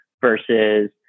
versus